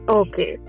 okay